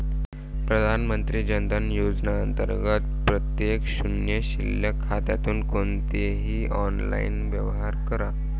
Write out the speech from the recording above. प्रधानमंत्री जन धन योजना अंतर्गत प्रत्येक शून्य शिल्लक खात्यातून कोणतेही ऑनलाइन व्यवहार करा